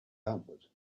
outward